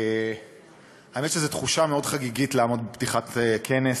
האמת שזו תחושה מאוד חגיגית לעמוד בפתיחת כנס,